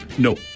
No